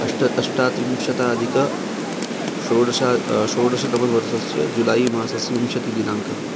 अष्ट अष्टात्रिंशदधिक षोडश षोडशतमवर्षस्य जुलै मासस्य विंशतिदिनाङ्कः